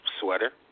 sweater